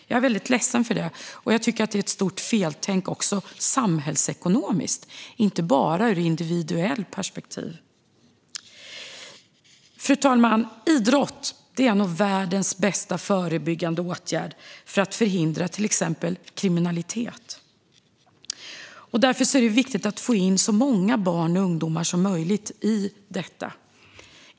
Jag är väldigt ledsen för det och tycker att det är ett stort feltänk, också samhällsekonomiskt och inte bara ur ett individperspektiv. Fru talman! Idrott är nog världens bästa förebyggande åtgärd för att förhindra till exempel kriminalitet. Därför är det viktigt att få in så många barn och ungdomar som möjligt i den.